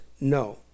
no